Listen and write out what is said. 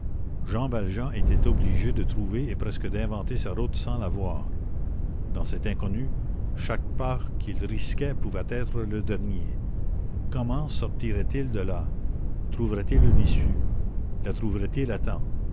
jean valjean était obligé de trouver et presque d'inventer sa route sans la voir dans cet inconnu chaque pas qu'il risquait pouvait être le dernier comment sortirait il de là trouverait-il une issue la trouverait-il